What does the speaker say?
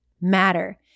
matter